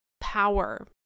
power